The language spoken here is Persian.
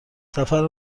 سفر